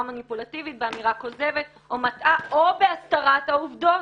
מניפולטיבית באמירה כוזבת או מטעה או בהסתרת העובדות.